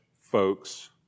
folks